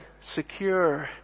Secure